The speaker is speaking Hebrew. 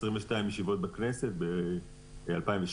ב-22 ישיבות בכנסת ב-2016,